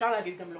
אפשר להגיד לא,